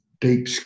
deep